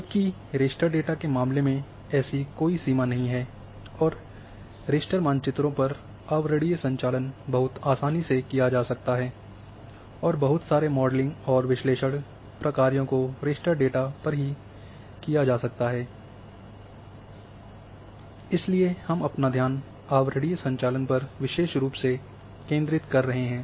जबकि raster data के मामले में ऐसी कोई सीमा नहीं है और रास्टर मानचित्रों पर आवरणीय संचालन बहुत आसानी से किया जा सकता है और बहुत सारे मॉडलिंग और विश्लेषण कार्यों को रास्टर डेटा पर ही किया जा सकता है इसलिए हम अपना ध्यान आवरणीय संचालन पर विशेष रूप से केंद्रित कर रहे हैं